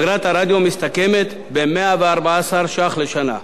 אגרת הרדיו מסתכמת ב-114 ש"ח לשנה.